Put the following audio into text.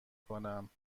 کنم